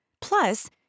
Plus